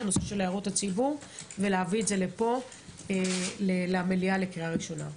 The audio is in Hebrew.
נושא הערות הציבור ולהביא את זה למליאה לקריאה ראשונה.